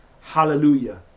Hallelujah